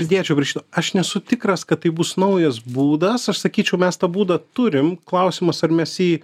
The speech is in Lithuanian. pridėčiau prie šito aš nesu tikras kad tai bus naujas būdas aš sakyčiau mes tą būdą turim klausimas ar mes jį